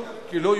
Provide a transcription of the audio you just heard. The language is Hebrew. כך,